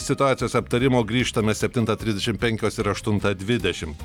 situacijos aptarimo grįžtame septintą trisdešimt penkios ir aštuntą dvidešimt